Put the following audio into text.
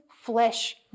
flesh